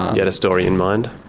you had a story in mind?